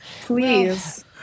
please